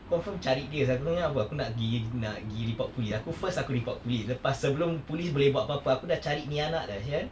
confirm cari dia sebabnya apa aku nak pergi nak pergi report polis aku first aku report polis lepas sebelum polis boleh buat apa-apa aku dah cari ni anak dah [sial]